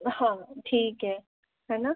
हाँ ठीक है ना